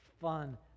fun